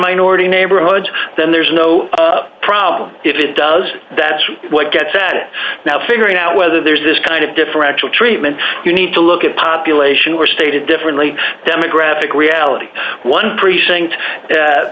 minority neighborhoods then there's no problem if it does that's really what gets at it now figuring out whether there's this kind of differential treatment you need to look at population were stated differently demographic reality one precinct